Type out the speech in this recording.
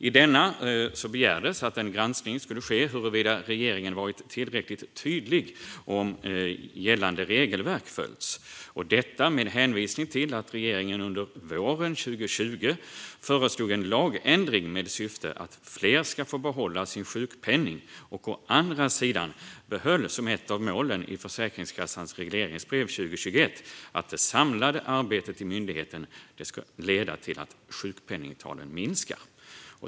I denna begärdes att en granskning skulle ske av huruvida regeringen har varit tillräckligt tydlig och om gällande regelverk följts - detta med hänvisning till att regeringen under våren 2020 föreslog en lagändring med syfte att fler ska få behålla sin sjukpenning och å andra sidan behöll som ett av målen i Försäkringskassans regleringsbrev 2021 att det samlade arbetet i myndigheten ska leda till att sjukpenningtalen minskar.